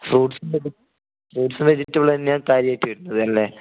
ഫ്രൂട്സും ഫ്രൂട്സും വെജിറ്റബിളും തന്നെയാണ് കാര്യമായിട്ട് വരുന്നത് അല്ലേ